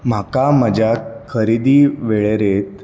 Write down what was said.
म्हाका म्हज्या खरेदी वळेरेंत